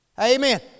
Amen